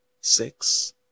six